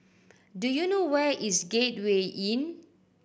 do you know where is Gateway Inn